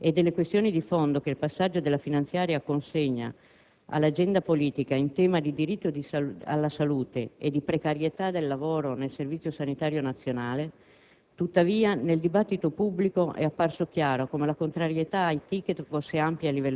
Senza enfatizzare i risultati raggiunti, nella consapevolezza delle criticità rimaste come delle questioni di fondo che il passaggio della finanziaria consegna all'agenda politica in tema di diritto alla salute e di precarietà del lavoro nel Servizio sanitario nazionale,